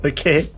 Okay